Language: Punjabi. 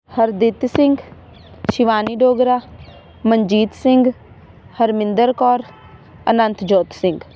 ਹਰਦਿਤ ਸਿੰਘ ਸ਼ਿਵਾਨੀ ਡੋਗਰਾ ਮਨਜੀਤ ਸਿੰਘ ਹਰਮਿੰਦਰ ਕੌਰ ਅਨੰਤਜੋਤ ਸਿੰਘ